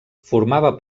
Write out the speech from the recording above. formava